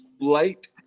late